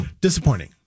disappointing